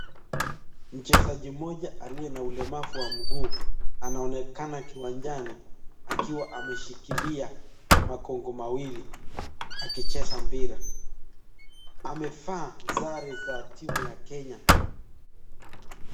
Mchezaji mmoja aliye na ulemavu wa mguu anaonekana kiwanjani akiwa ameshikilia magongo mawili akicheza mpira. Amevaa sare za timu ya Kenya.